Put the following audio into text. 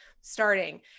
starting